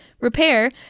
repair